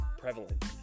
prevalent